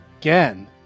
again